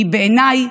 כי בעיניי,